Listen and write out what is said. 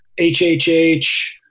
HHH